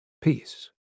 peace